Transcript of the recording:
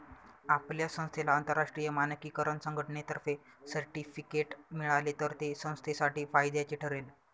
आपल्या संस्थेला आंतरराष्ट्रीय मानकीकरण संघटनेतर्फे सर्टिफिकेट मिळाले तर ते संस्थेसाठी फायद्याचे ठरेल